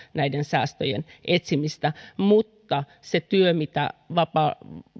näiden säästöjen etsimistä mutta se työ mitä